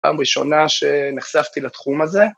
פעם ראשונה שנחשפתי לתחום הזה.